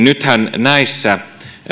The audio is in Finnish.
nythän näissä